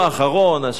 בשבוע וחצי,